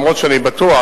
אף שאני בטוח,